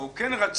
הוא כן רצה,